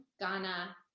Ghana